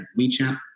WeChat